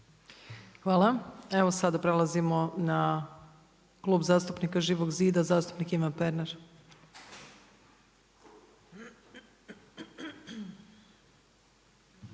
Hvala. Evo sada prelazimo na Klub zastupnika Živog zida zastupnik Ivan Pernar.